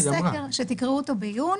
במקביל אנחנו פועלים במישורים